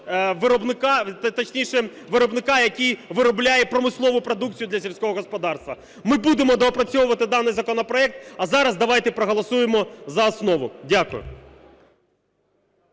виробника, який виробляє промислову продукцію для сільського господарства. Ми будемо доопрацьовувати даний законопроект, а зараз давайте проголосуємо за основу. Дякую.